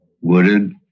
wooded